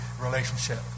relationship